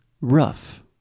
rough